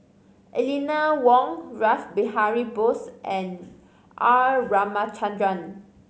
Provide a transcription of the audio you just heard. Eleanor Wong Rash Behari Bose and R Ramachandran